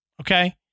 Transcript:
okay